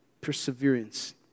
perseverance